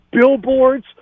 billboards